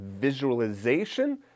visualization